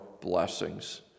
blessings